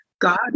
God